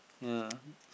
ya